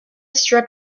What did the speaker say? strip